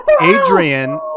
Adrian